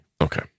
okay